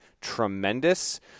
tremendous